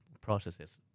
processes